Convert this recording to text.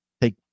Take